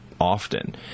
often